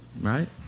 Right